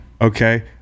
okay